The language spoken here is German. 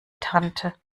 tante